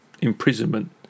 imprisonment